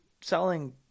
selling